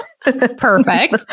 Perfect